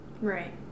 Right